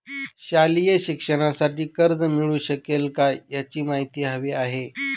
शालेय शिक्षणासाठी कर्ज मिळू शकेल काय? याची माहिती हवी आहे